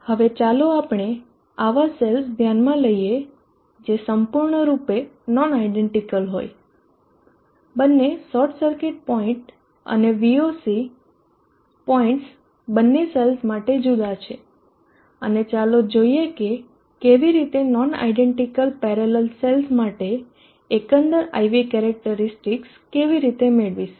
હવે ચાલો આપણે એવા સેલ્સ ધ્યાનમાં લઈએ જે સંપૂર્ણ રૂપે નોન આયડેન્ટીકલ હોય બંને શોર્ટ સર્કિટ પોઇન્ટ અને V OC પોઈન્ટસ બંને સેલ્સ માટે જુદા છે અને ચાલો જોઈએ કે કેવી રીતે નોન આયડેન્ટીકલ પેરેલલ સેલ્સ માટે એકંદર IV કેરેક્ટરીસ્ટિકસ કેવી રીતે મેળવશું